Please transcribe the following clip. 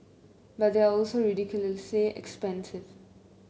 but they are also ridiculously expensive